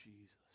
Jesus